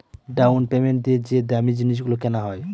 down payment দিয়ে যে দামী জিনিস গুলো কেনা হয়